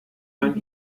man